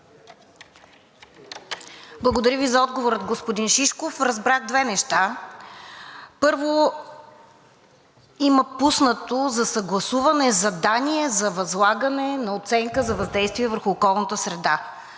Благодаря Ви за отговора, господин Шишков. Разбрах две неща. Първо, има пуснато за съгласуване задание за възлагане на оценка за въздействие върху околната среда.